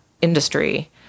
industry